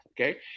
Okay